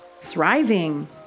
thriving